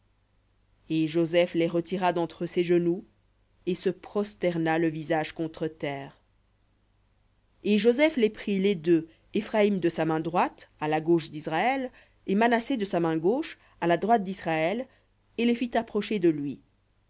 et joseph les retira d'entre ses genoux et se prosterna le visage contre terre et joseph les prit les deux éphraïm de sa main droite à la gauche d'israël et manassé de sa main gauche à la droite d'israël et les fit approcher de lui